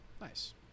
Nice